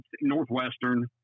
Northwestern